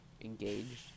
engaged